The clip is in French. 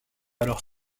alors